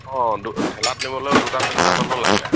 অঁ ঠেলাত নিবলৈও দুটা তিনিটা মানুহ লাগে